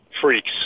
freaks